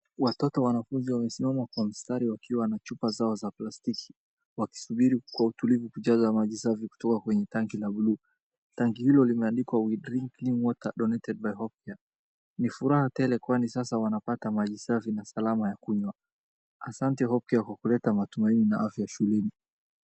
Watoto wanakuja wamesimama kwa mstari wakiwa na chupa zao za plastiki, wakisubiri kwa utulivu kujaza maji safi kutoka kwenye tanki la buluu. Tanki hilo limeandika We drink clean water donated by Hope care . Ni furaha tele kwani sasa wanapata maji safi na salama ya kunywa, asante Hope Care kwa kuleta matumaini na afya shuleni.